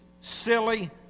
silly